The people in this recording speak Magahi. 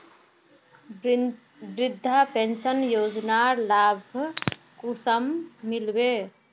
वृद्धा पेंशन योजनार लाभ कुंसम मिलबे?